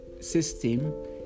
system